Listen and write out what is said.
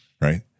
right